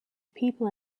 people